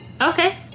Okay